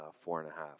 four-and-a-half